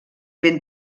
ben